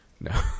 No